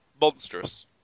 monstrous